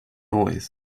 noise